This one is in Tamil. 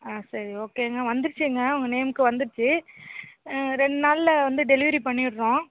ஆ சரி ஓகேங்க வந்துருச்சுங்க உங்கள் நேம்க்கு வந்துடுச்சு ரெண்டு நாளில் வந்து டெலிவரி பண்ணிடறோம்